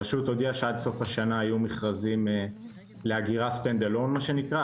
הרשות הודיעה שעד סוף השנה יהיו מכרזים לאגירה stand alone מה שנקרא,